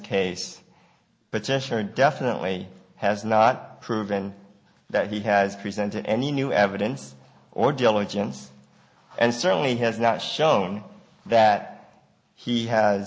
cheshire definitely has not proven that he has presented any new evidence or diligence and certainly has not shown that he has